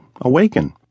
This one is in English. awaken